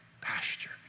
pasture